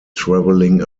travelling